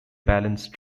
balanced